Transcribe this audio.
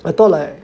I thought like